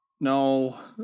No